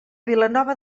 vilanova